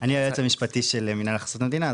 --- אני היועץ המשפטי של מנהל הכנסות המדינה,